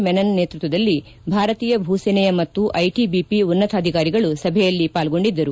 ಮೆನನ್ ನೇತೃತ್ವದಲ್ಲಿ ಭಾರತೀಯ ಭೂ ಸೇನೆಯ ಮತ್ತು ಐಟಿಐಪಿ ಉನ್ನತಾಧಿಕಾರಿಗಳು ಸಭೆಯಲ್ಲಿ ಪಾಲ್ಗೊಂಡಿದ್ದರು